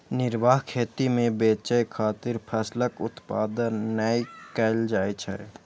निर्वाह खेती मे बेचय खातिर फसलक उत्पादन नै कैल जाइ छै